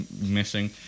missing